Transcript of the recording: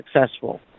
successful